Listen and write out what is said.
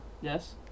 Yes